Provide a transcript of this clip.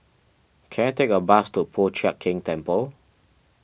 can I take a bus to Po Chiak Keng Temple